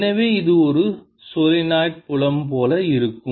எனவே இது ஒரு சோலனாய்டு புலம் போல இருக்கும்